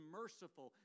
merciful